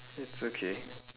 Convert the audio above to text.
it's okay